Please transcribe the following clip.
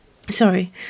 Sorry